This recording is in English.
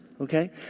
okay